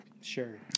Sure